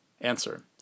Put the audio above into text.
Answer